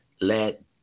let